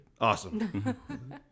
Awesome